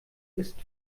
ist